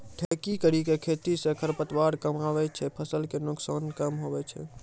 ठेकी करी के खेती से खरपतवार कमआबे छै फसल के नुकसान कम हुवै छै